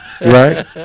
right